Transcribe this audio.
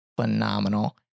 Phenomenal